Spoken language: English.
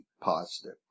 positive